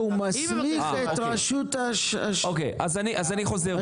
הוא מסמיך את הרשות --- אוקיי, אז אני חוזר בי.